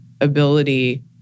ability